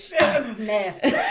Nasty